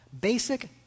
basic